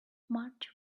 march